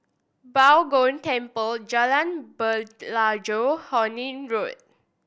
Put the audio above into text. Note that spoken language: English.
Bao Gong Temple Jalan Pelajau Horne Road